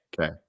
Okay